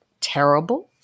terrible